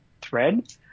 thread